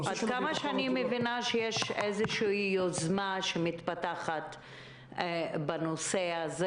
אני מבינה שמתפתחת איזושהי יוזמה בנושא הזה